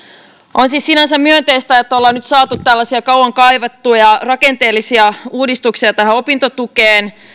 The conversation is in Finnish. on siis sinänsä myönteistä että ollaan nyt saatu tällaisia kauan kaivattuja rakenteellisia uudistuksia tähän opintotukeen